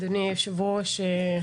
אדוני היושב-ראש,